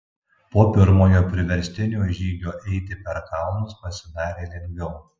po pirmojo priverstinio žygio eiti per kalnus pasidarė lengviau